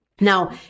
Now